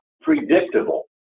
predictable